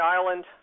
Island